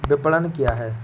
विपणन क्या है?